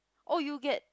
oh you get